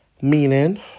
Meaning